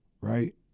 right